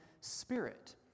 spirit